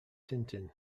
tintin